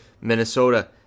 Minnesota